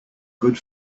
good